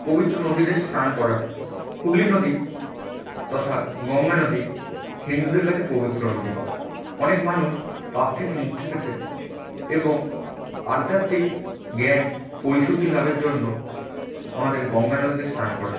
পবিত্র নদীতে স্নান করা হুগলি নদী তথা গঙ্গা নদী হিন্দুদের কাছে পবিত্র নদী অনেক মানুষ পাপ থেকে মুক্তি পেতে এবং আধ্যাত্মিক জ্ঞান পরিশুদ্ধি লাভের জন্য আমাদের গঙ্গা নদীতে স্নান করেন